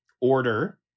order